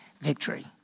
victory